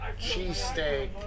cheesesteak